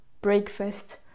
breakfast